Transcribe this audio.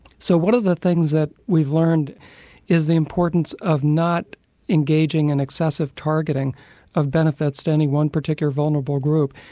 so one of the things that we've learned is the importance of not engaging in excessive targeting of benefits to any one particular vulnerable group.